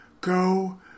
go